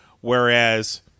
whereas